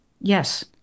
Yes